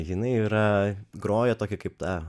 jinai yra groję tokie kaip ta